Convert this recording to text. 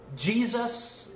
Jesus